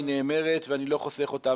היא נאמרת ואני לא חוסך אותה.